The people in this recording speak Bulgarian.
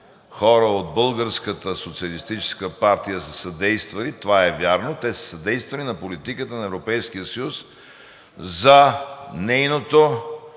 хора от Българската социалистическа партия са съдействали – това е вярно, те са съдействали на политиката на Европейския съюз за нейното